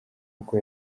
kuko